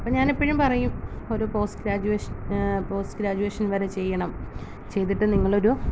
അപ്പോള് ഞാനെപ്പോഴും പറയും ഒരു പോസ്റ്റ് ഗ്രാജുയേഷൻ പോസ്റ്റ് ഗ്രാജുയേഷൻ വരെ ചെയ്യണം ചെയ്തിട്ട് നിങ്ങളൊരു